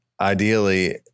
ideally